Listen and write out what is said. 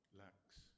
lacks